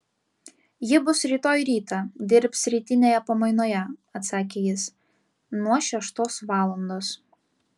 ji bus rytoj rytą dirbs rytinėje pamainoje atsakė jis nuo šeštos valandos